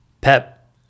Pep